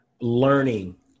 learning